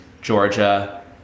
Georgia